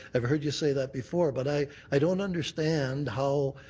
i've heard you say that before. but i i don't understand how,